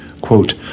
Quote